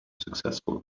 successful